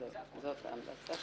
וזה הכול.